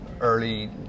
early